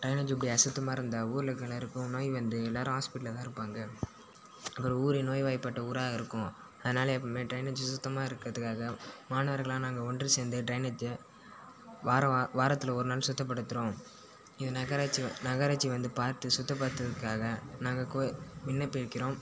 drainage இப்படி அசுத்தமாக இருந்தால் ஊரில் இருக்கற எல்லோருக்கும் நோய் வந்து எல்லோரும் ஹாஸ்பிட்டலில் தான் இருப்பாங்க அப்புறம் ஊரே நோய் வாய்பட்ட ஊராக இருக்கும் அதனால் எப்போவுமே ட்ரைனேஜ் சுத்தமாக இருக்கிறதுக்காக மாணவர்களாக நாங்கள் ஒன்று சேர்ந்து ட்ரைனேஜை வாரம் வா வாரத்தில்ல ஒரு நாள் சுத்தப்படுத்துகிறோம் இது நகராட்சி நகராட்சி வந்து பார்த்து சுத்தப்படுத்துகிறதுக்காக நாங்கள் கோ விண்ணப்பிக்கின்றோம்